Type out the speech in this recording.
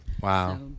Wow